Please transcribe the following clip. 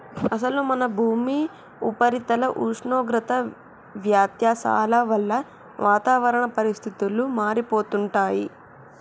అసలు మన భూమి ఉపరితల ఉష్ణోగ్రత వ్యత్యాసాల వల్ల వాతావరణ పరిస్థితులు మారిపోతుంటాయి